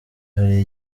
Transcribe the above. hari